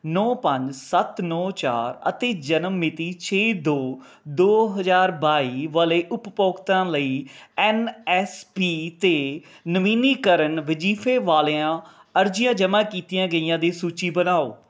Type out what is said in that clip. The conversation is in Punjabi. ਨੌਂ ਪੰਜ ਸੱਤ ਨੌਂ ਚਾਰ ਅਤੇ ਜਨਮ ਮਿਤੀ ਛੇ ਦੋ ਦੋ ਹਜ਼ਾਰ ਬਾਈ ਵਾਲੇ ਉਪਭੋਗਤਾ ਲਈ ਐੱਨ ਐੱਸ ਪੀ ਅਤੇ ਨਵੀਨੀਕਰਨ ਵਜ਼ੀਫੇ ਵਾਲੀਆਂ ਅਰਜ਼ੀਆਂ ਜਮ੍ਹਾਂ ਕੀਤੀਆਂ ਗਈਆਂ ਦੀ ਸੂਚੀ ਬਣਾਓ